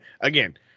again